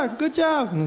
ah good job.